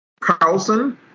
Carlson